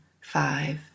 five